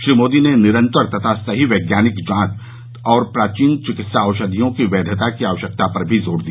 श्री मोदी ने निरंतर तथा सही वैज्ञानिक जांच और प्राचीन चिकित्सा औषधियों की वैधता की आवश्यकता पर भी जोर दिया